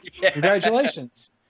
congratulations